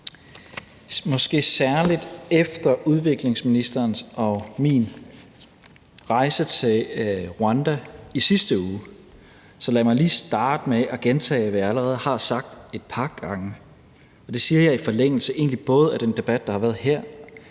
måske særlig efter udviklingsministerens og min rejse til Rwanda i sidste uge. Så lad mig lige starte med at gentage, hvad jeg allerede har sagt et par gange. Jeg siger det egentlig i forlængelse af både den debat, der har været her,